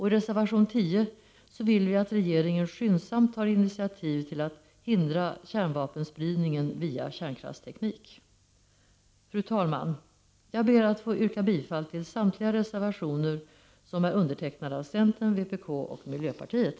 I reservation 10 vill vi att regeringen skyndsamt tar initiativ till att hindra kärnvapenspridningen via kärnkraftteknik. Fru talman! Jag ber att få yrka bifall till samtliga reservationer som är undertecknade av centern, vpk och miljöpartiet.